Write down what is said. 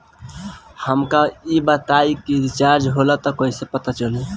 हमका ई बताई कि रिचार्ज होला त कईसे पता चली?